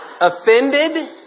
offended